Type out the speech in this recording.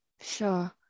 Sure